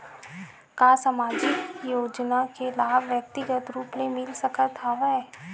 का सामाजिक योजना के लाभ व्यक्तिगत रूप ले मिल सकत हवय?